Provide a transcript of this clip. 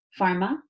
pharma